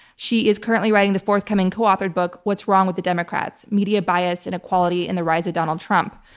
she is currently writing the forthcoming coauthored book what's wrong with the democrats? media bias, inequality, and the rise of donald trump.